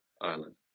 Island